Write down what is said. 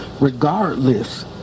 regardless